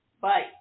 Bye